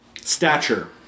Stature